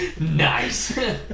Nice